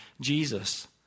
Jesus